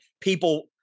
people